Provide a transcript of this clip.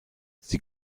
sie